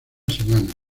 semana